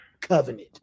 covenant